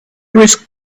whisked